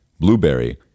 Blueberry